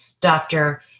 doctor